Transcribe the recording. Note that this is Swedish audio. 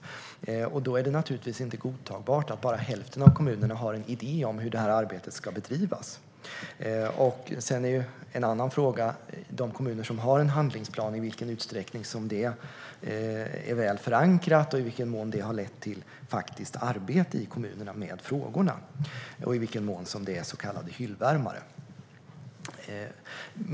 Då är det naturligtvis inte godtagbart att bara hälften av kommunerna har en idé om hur detta arbete ska bedrivas. En annan fråga när det gäller de kommuner som har en handlingsplan är i vilken utsträckning som det är väl förankrat och i vilken mån det har lett till faktiskt arbete i kommunerna med frågorna och i vilken mån som det är så kallade hyllvärmare.